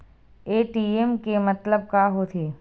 ATM के मतलब का होथे?